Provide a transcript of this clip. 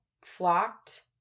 flocked